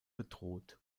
bedroht